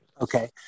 Okay